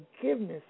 forgiveness